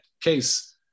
case